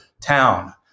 town